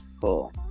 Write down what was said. Cool